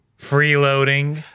Freeloading